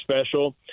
special